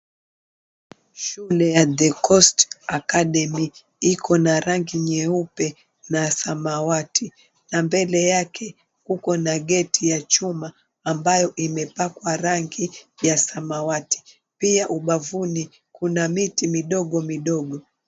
Shule ya The Coast Academy iko na rangi nyeupe na samawati na mbele yake kuko na gate ya chuma ambayo impepakwa rangi ya samawati. Pia ubavuni kuna miti midogo midogo.